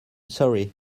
sorry